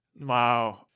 wow